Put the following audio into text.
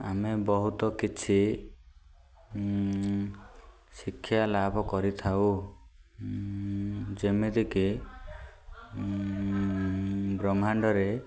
ଆମେ ବହୁତ କିଛି ଶିକ୍ଷା ଲାଭ କରିଥାଉ ଯେମିତିକି ବ୍ରହ୍ମାଣ୍ଡରେ